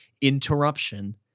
interruption